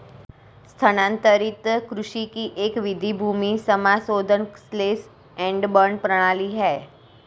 स्थानांतरित कृषि की एक विधि भूमि समाशोधन स्लैश एंड बर्न प्रणाली है